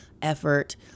Effort